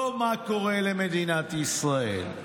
לא מה קורה למדינת ישראל.